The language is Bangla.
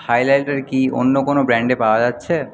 হাইলাইটার কি অন্য কোনো ব্র্যান্ডে পাওয়া যাচ্ছে